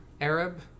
Arab